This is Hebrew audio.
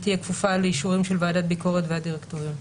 תהיה כפופה לאישורים של ועדת ביקורת והדירקטוריון.